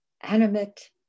animate